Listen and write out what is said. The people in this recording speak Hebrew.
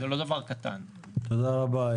תודה רבה.